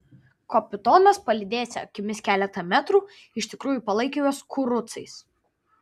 kapitonas palydėjęs akimis keletą metrų iš tikrųjų palaikė juos kurucais